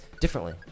differently